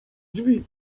drzwi